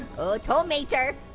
oh, tow mater.